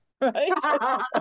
Right